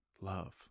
love